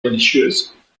religieuse